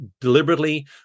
deliberately